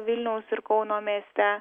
vilniaus ir kauno mieste